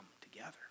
together